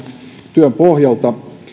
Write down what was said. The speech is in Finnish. työn pohjalta